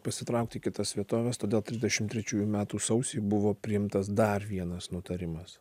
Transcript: pasitraukti į kitas vietoves todėl trisdešim trečiųjų metų sausį buvo priimtas dar vienas nutarimas